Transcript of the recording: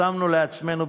שמנו לעצמנו,